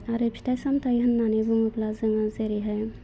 आरो फिथाइ सामथाइ होन्नानै बुङोब्ला जोङो जेरैहाय